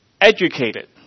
educated